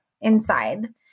inside